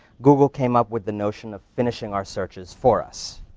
google came up with the notion of finishing our searches for us.